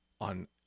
on